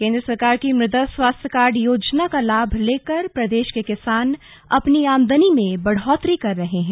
केन्द्र सरकार की मृदा स्वास्थ्य कार्ड योजना का लाभ लेकर प्रदेश के किसान अपनी आमदनी में बढ़ोतरी कर रहे हैं